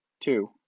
Two